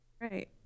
Right